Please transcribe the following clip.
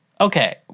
okay